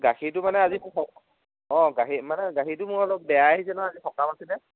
গাখীৰটো মানে আজি অঁ গাখীৰ মানে গাখীৰটো মোৰ অলপ বেয়া আহিছে নহয় আজি সকাম আছিলে